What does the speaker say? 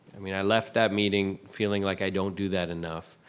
i mean i left that meeting feeling like i don't do that enough.